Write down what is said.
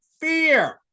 fear